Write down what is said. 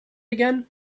again